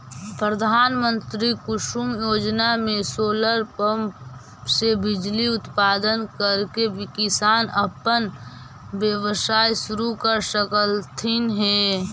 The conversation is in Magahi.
प्रधानमंत्री कुसुम योजना में सोलर पंप से बिजली उत्पादन करके किसान अपन व्यवसाय शुरू कर सकलथीन हे